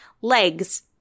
legs